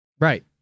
Right